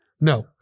No